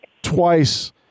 twice